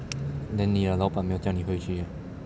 then 你的老板没有叫你回去 meh